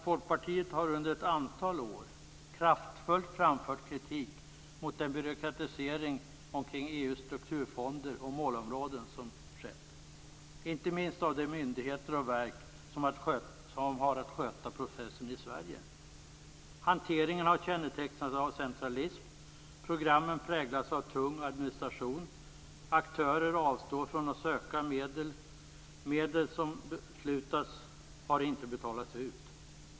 Folkpartiet har under ett antal år kraftfullt framfört kritik mot den byråkratisering som skett omkring EU:s strukturfonder och målområden samt inte minst av de myndigheter och verk som har att sköta processen i Sverige. Hanteringen har kännetecknats av centralism. Programmen präglas av tung administration, aktörer avstår från att söka medel, och beslutade medel har inte betalats ut.